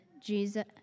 Jesus